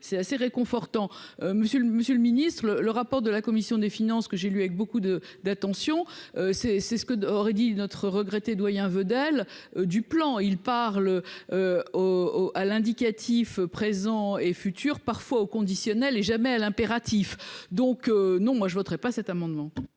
c'est assez réconfortant monsieur le monsieur le Ministre le le rapport de la commission des finances que j'ai lu avec beaucoup de d'attention c'est c'est ce qu'aurait dit une notre regretté doyen Weddell du plan, il parle au au à l'indicatif présent et futur, parfois au conditionnel est jamais à l'impératif, donc non moi je voterai pas cet amendement.